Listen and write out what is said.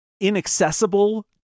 inaccessible